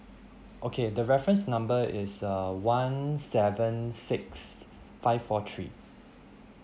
okay the reference number is uh one seven six five four three